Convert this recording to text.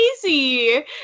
crazy